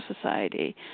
Society